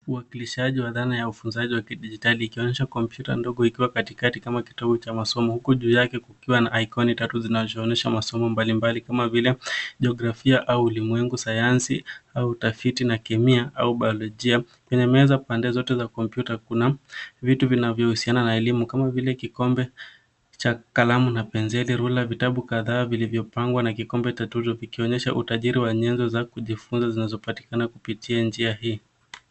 Uakilishaji wa dhana ya ufunzaji wa kidijitali ikionyesha kompyuta ndogo ikiwa katikati kama kitovu cha masomo huku jua yake kukiwa na aikoni tatu zinazoonesha masomo mbalimbali kama vile jiografia au ulimwengu, sayansi au utafiti na kemia au biolojia. Kwenye meza pande zote za kompyuta kuna vitu vinavyohusiana na elimu kama vile kikombe cha kalamu na penseli rula, vitabu kadhaa vilivyopangwa na kikombe cha tuzo vikionyesha utajiri wa nyenzo za kujifunza zinazopatikana kupitia njia hii.